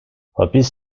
hapis